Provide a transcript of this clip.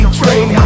train